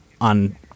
on